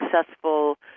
successful